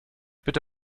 bitte